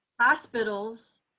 hospitals